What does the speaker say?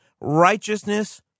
righteousness